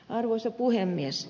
arvoisa puhemies